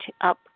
up